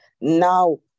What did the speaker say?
now